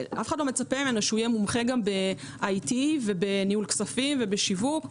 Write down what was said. אף אחד לא מצפה שיהיה מומחה גם ב-IT ובניהול כספים ובשיווק.